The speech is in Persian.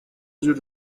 جور